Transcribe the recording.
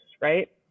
right